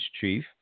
chief